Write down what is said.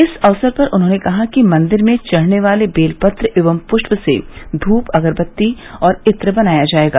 इस अवसर पर उन्होंने कहा कि मंदिर में चढ़ने वाले बेल पत्र एवं पृष्प से धूप अगरबत्ती और इत्र बनाया जायेगा